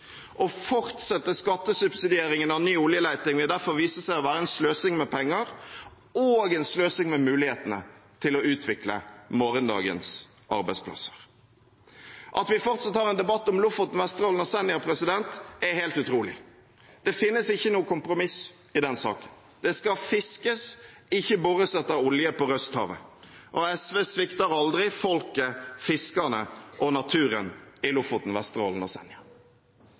Å fortsette skattesubsidieringen av ny oljeleting vil derfor vise seg å være sløsing med penger og sløsing med muligheter til å utvikle morgendagens arbeidsplasser. At vi fortsatt har en debatt om Lofoten, Vesterålen og Senja, er helt utrolig. Det finnes ikke noe kompromiss i den saken. Det skal fiskes, ikke bores etter olje, på Røsthavet. SV svikter aldri folket, fiskerne og naturen i Lofoten, Vesterålen og Senja.